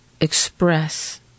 express